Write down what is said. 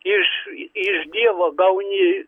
iš iš dievo gauni